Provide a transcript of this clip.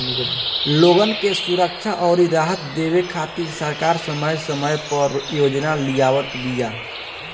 लोगन के सुरक्षा अउरी राहत देवे खातिर सरकार समय समय पअ योजना लियावत बिया